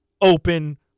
open